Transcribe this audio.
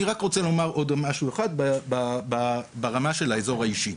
אני רוצה לומר עוד משהו אחד, ברמה של האזור האישי.